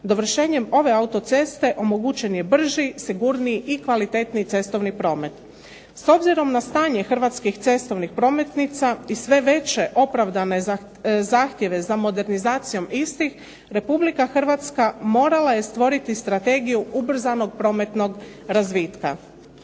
Dovršenjem ove autoceste omogućen je brži, sigurniji i kvalitetniji cestovni promet. S obzirom na stanje hrvatskih cestovnih prometnica i sve veće opravdane zahtjeve za modernizacijom istih, Republika Hrvatska morala je stvoriti strategiju ubrzanog prometnog razvitka.